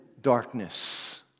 darkness